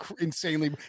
insanely